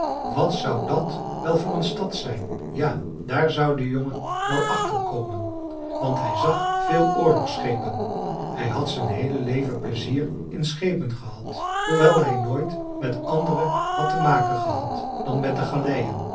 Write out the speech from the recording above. wat zou dat wel voor een stad zijn ja daar zou de jongen wel achter komen want hij zag veel oorlogsschepen hij had zijn heele leven pleizier in schepen gehad hoewel hij nooit met andere had te maken gehad dan met de galeien